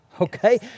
Okay